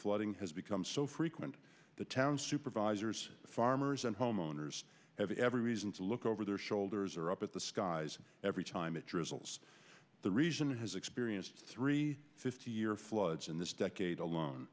flooding has become so frequent the town supervisors farmers and homeowners have every reason to look over their shoulders or up at the skies every time it drizzles the region has experienced three fifty year floods in this decade alone